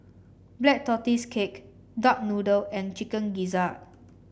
Black Tortoise Cake Duck Noodle and Chicken Gizzard